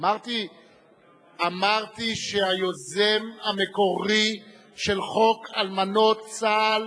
אמרתי שהיוזם המקורי של חוק אלמנות צה"ל